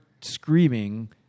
screaming